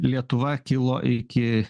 lietuva kilo iki